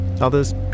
others